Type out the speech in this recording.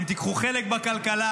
אתם תיקחו חלק בכלכלה,